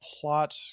plot